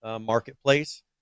marketplace